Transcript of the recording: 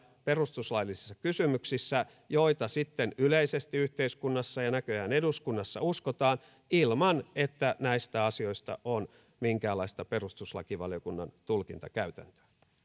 perustuslaillisissa kysymyksissä tiukkoja kantoja joita sitten yleisesti yhteiskunnassa ja näköjään eduskunnassa uskotaan ilman että näistä asioista on minkäänlaista perustuslakivaliokunnan tulkintakäytäntöä